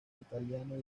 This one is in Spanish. italiano